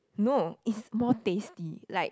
no it's more tasty like